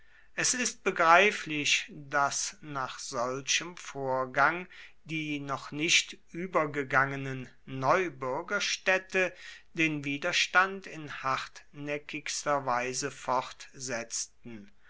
es ist begreiflich daß nach solchem vorgang die noch nicht übergegangenen neubürgerstädte den widerstand in hartnäckigster weise